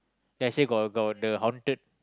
then I say got got got the haunted